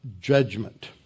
judgment